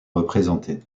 représentées